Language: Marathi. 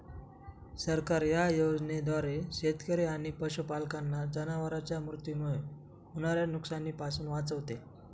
सरकार या योजनेद्वारे शेतकरी आणि पशुपालकांना जनावरांच्या मृत्यूमुळे होणाऱ्या नुकसानीपासून वाचवते